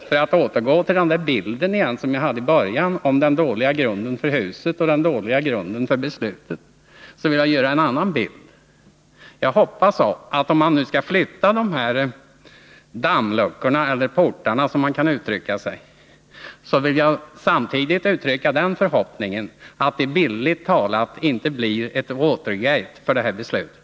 För att återgå till min bild från början av debatten som visade den dåliga grunden för huset och den dåliga grunden för beslutet vill jag säga att om man nu skall flytta dammluckorna eller portarna, så vill jag uttrycka den förhoppningen att det, bildligt talat, inte blir ett Watergate av det här beslutet.